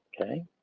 okay